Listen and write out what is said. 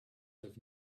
have